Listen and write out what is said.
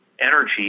energy